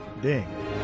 ding